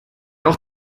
auch